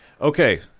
Okay